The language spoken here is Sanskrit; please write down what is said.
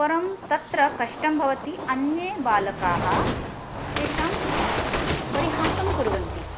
परं तत्र कष्टं भवति अन्ये बालकाः तेषां परिहासं कुर्वन्ति